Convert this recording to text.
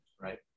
Right